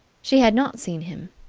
she had not seen him.